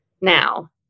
now